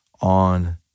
on